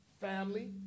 family